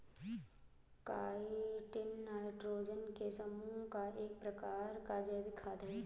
chitin nitrogen के समूह का एक प्रकार का जैविक खाद है